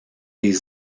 des